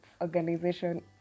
Organization